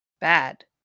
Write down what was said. Bad